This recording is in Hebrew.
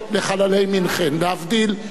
להבדיל אלף אלפי הבדלות.